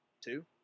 two